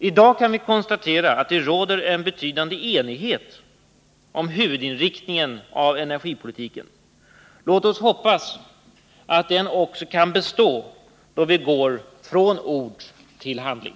I dag kan vi konstatera att det råder en betydande enighet om huvudinriktningen av energipolitiken. Låt oss hoppas att den består också när vi går från ord till handling.